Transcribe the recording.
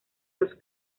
los